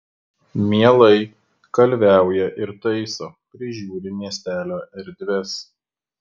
mielai kalviauja ir taiso prižiūri miestelio erdves